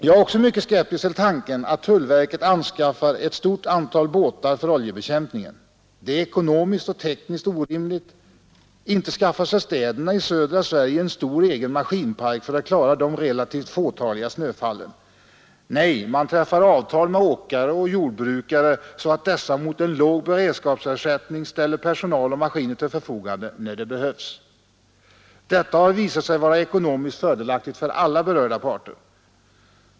Jag är också mycket skeptisk till tanken att tullverket anskaffar ett stort antal båtar för oljebekämpningen. Det är ekonomiskt och tekniskt orimligt. Inte skaffar sig städerna i södra Sverige en stor egen maskinpark för att klara de relativt fåtaliga snöfallen. Nej, man träffar avtal med åkare och jordbrukare, så att dessa mot en låg ”beredskapsersättning” ställer personal och maskiner till förfogande, när det behövs. Detta har visat sig vara ekonomiskt fördelaktigt för alla berörda parter.